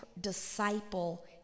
disciple